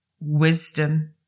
wisdom